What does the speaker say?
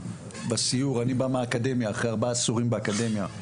בא מהאקדמיה, אחרי ארבעה עשורים באקדמיה,